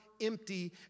empty